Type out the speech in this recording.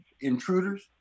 intruders